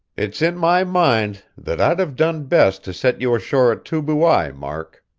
it's in my mind that i'd have done best to set you ashore at tubuai, mark.